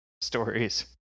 stories